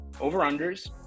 over-unders